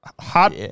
hot